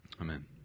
Amen